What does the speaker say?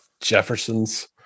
Jefferson's